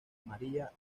maria